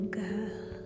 girl